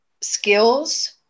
skills